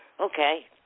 Okay